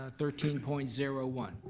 ah thirteen point zero one.